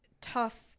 tough